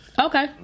Okay